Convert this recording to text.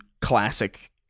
classic